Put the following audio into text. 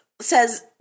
says